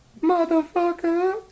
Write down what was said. Motherfucker